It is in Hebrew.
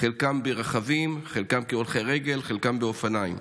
חלקם בכלי רכב, חלקם כהולכי רגל, חלקם באופניים,